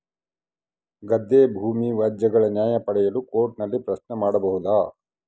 ಗದ್ದೆ ಭೂಮಿ ವ್ಯಾಜ್ಯಗಳ ನ್ಯಾಯ ಪಡೆಯಲು ಕೋರ್ಟ್ ನಲ್ಲಿ ಪ್ರಶ್ನೆ ಮಾಡಬಹುದಾ?